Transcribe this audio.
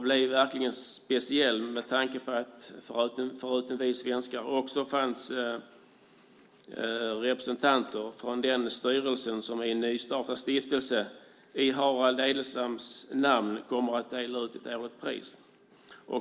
Det blev speciellt eftersom det förutom oss svenskar fanns representanter för styrelsen för en nystartad stiftelse i Harald Edelstams namn som kommer att dela ut ett årligt pris.